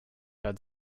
had